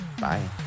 Bye